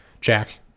Jack